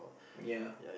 ya